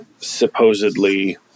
supposedly